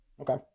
Okay